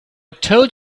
told